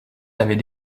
avaient